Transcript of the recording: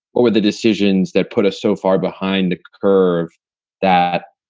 what were the decisions that put us so far behind the curve that,